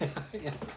ya